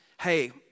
hey